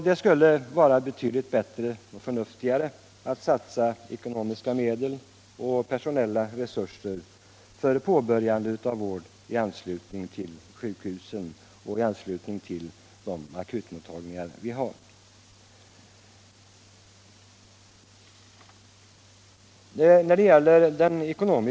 Det skulle vara betydligt bättre och förnuftigare att satsa ekonomiska medel och personella resurser för påbörjande av vård i anslutning till sjukhusen och till de akutmottagningar vi har.